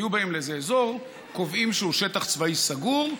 היו באים לאיזה אזור, קובעים שהוא שטח צבאי סגור,